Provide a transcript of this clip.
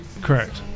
Correct